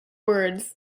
words